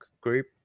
group